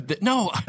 No